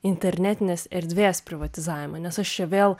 internetinės erdvės privatizavimą nes aš čia vėl